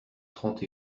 trente